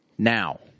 Now